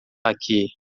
aqui